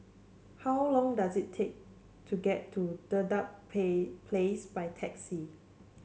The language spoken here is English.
how long does it take to get to Dedap Pay Place by taxi